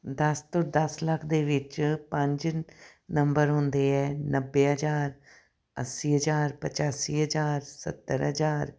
ਦਸ ਤੋਂ ਦਸ ਲੱਖ ਦੇ ਵਿੱਚ ਪੰਜ ਨੰਬਰ ਹੁੰਦੇ ਹੈ ਨੱਬੇ ਹਜ਼ਾਰ ਅੱਸੀ ਹਜ਼ਾਰ ਪਚਾਸੀ ਹਜ਼ਾਰ ਸੱਤਰ ਹਜ਼ਾਰ